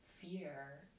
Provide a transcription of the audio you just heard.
fear